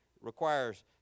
requires